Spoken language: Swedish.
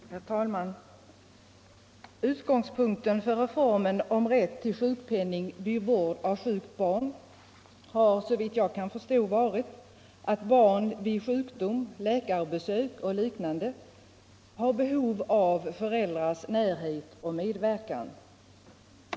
Herr talman! Utgångspunkten för reformen om rätt till sjukpenning vid vård av sjukt barn har, såvitt jag kan förstå, varit att barn vid sjukdom, läkarbesök och liknande har behov av föräldrars närhet och medverkan.